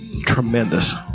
tremendous